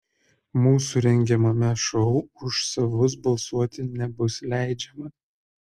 mūsų rengiamame šou už savus balsuoti nebus leidžiama